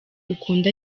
ukunda